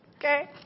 okay